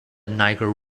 niger